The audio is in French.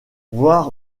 voir